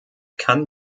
kann